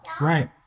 Right